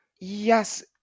yes